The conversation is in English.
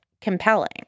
compelling